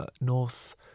North